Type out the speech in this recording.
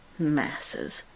masses!